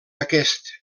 aquest